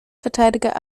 verteidiger